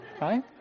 right